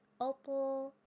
opal